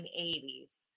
1980s